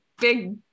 big